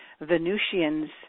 Venusians